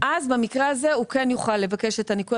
אז במקרה הזה הוא כן יוכל לבקש את הניכוי